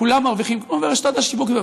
כולם מרוויחים כמו ברשתות השיווק.